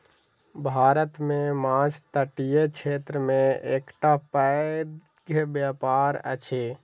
भारत मे माँछ तटीय क्षेत्र के एकटा पैघ व्यापार अछि